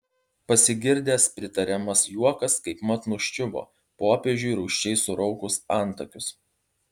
pasigirdęs pritariamas juokas kaipmat nuščiuvo popiežiui rūsčiai suraukus antakius